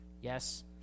Yes